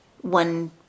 one